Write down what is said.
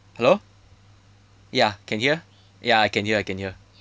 hello ya can hear ya I can hear I can hear